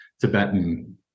Tibetan